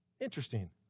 Interesting